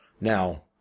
Now